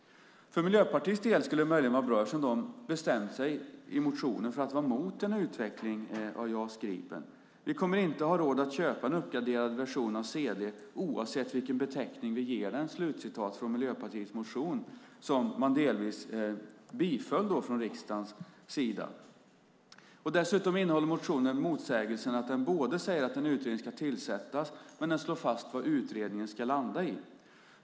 För Miljöpartiets del skulle det möjligen vara bra eftersom de i motionen bestämt sig för att vara mot en utveckling av JAS Gripen. "Vi kommer inte ha råd att köpa en uppgraderad version av C/D - oavsett vilken beteckning vi ger den." Citatet är från Miljöpartiets motion som man delvis biföll från riksdagens sida. Dessutom innehåller motionen motsägelsen att den både säger att en utredning ska tillsättas och slår fast vad utredningen ska landa i.